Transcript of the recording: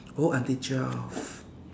oh until twelve